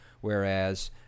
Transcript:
whereas